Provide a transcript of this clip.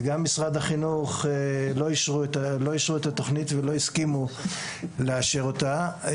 וגם משרד החינוך לא אישרו את התכנית ולא הסכימו לאשר אותה.